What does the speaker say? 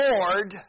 Lord